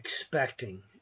expecting